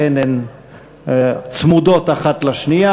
לכן הן צמודות האחת לשנייה.